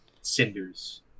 cinders